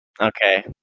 Okay